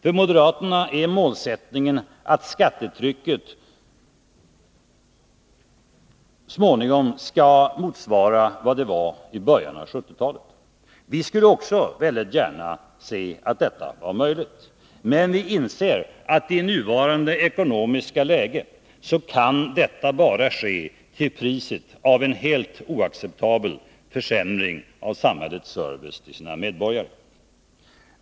För moderaterna är målsättningen att skattetrycket så småningom skall motsvara det vi hade i början av 1970-talet. Vi skulle också gärna se att detta vore möjligt. Men vi inser att det i nuvarande ekonomiska läge bara kan ske till priset av en helt oacceptabel försämring av samhällets service till sina medborgare.